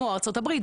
כמו ארצות הברית,